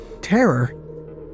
terror